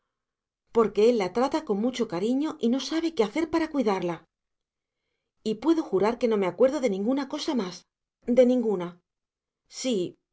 porque él la trata con mucho cariño y no sabe qué hacer para cuidarla y puedo jurar que no me acuerdo de ninguna cosa más de ninguna sí